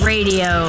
Radio